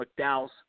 McDowell's